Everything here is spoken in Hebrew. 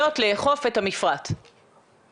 שהעברת את הבקשה ומה הייתה התשובה.